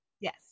yes